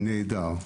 ונעדר.